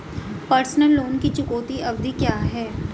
Personal loan की चुकौती अवधि क्या है?